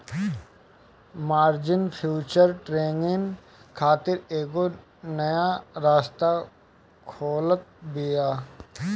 margin future trading खातिर एगो नया रास्ता खोलत बिया